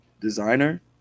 Designer